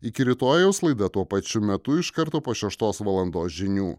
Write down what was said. iki rytojaus laida tuo pačiu metu iš karto po šeštos valandos žinių